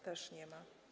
Też nie ma.